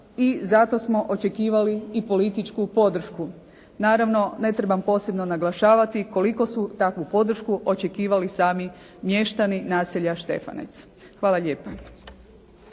i zato smo očekivali i političku podršku. Naravno, ne trebam posebno naglašavati koliko su takvu podršku očekivali sami mještani naselja Štefanec. Hvala lijepa.